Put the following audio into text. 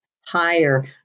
higher